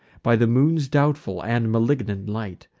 by the moon's doubtful and malignant light,